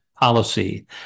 policy